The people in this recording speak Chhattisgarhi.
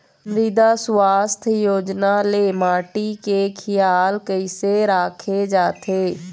मृदा सुवास्थ योजना ले माटी के खियाल कइसे राखे जाथे?